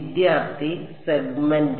വിദ്യാർത്ഥി സെഗ്മെന്റ്